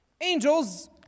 angels